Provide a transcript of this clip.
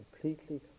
completely